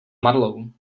marlou